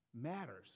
matters